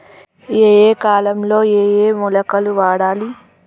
ఏయే కాలంలో ఏయే మొలకలు వాడాలి?